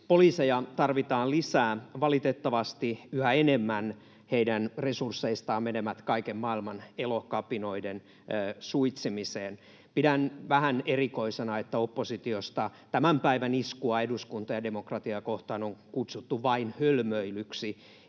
Poliiseja tarvitaan lisää. Valitettavasti yhä enemmän heidän resursseistaan menee kaiken maailman elokapinoiden suitsimiseen. Pidän vähän erikoisena, että oppositiosta tämän päivän iskua eduskuntaa ja demokratiaa kohtaan on kutsuttu vain hölmöilyksi.